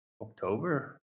October